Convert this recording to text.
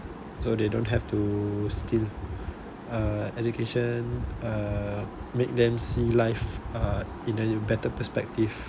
so they don't have to steal uh education uh make them see life uh in a better perspective